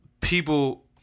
People